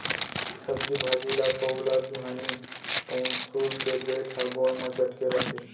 सब्जी भाजी ल पउलत घानी पउंसुल के बेंट ह गोड़ म चटके रथे